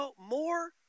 more